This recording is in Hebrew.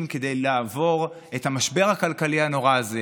כדי לעבור את המשבר הכלכלי הנורא הזה